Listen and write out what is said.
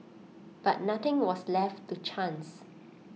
but nothing was left to chance